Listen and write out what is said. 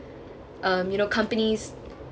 um you know companies